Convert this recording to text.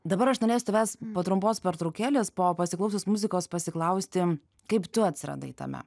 dabar aš norėsiu tavęs po trumpos pertraukėlės po pasiklausius muzikos pasiklausti kaip tu atsiradai tame